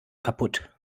kaputt